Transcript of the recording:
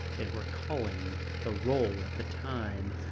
they were calling the roll at the time.